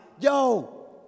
yo